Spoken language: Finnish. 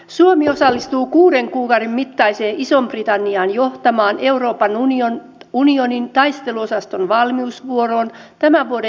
suomi osallistuu kuuden kuukauden mittaiseen ison britannian johtamaan euroopan unionin taisteluosaston valmiusvuoroon tämän vuoden jälkipuoliskolla